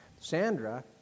Sandra